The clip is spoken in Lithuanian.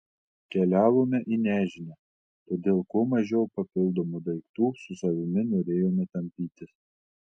keliavome į nežinią todėl kuo mažiau papildomų daiktų su savimi norėjome tampytis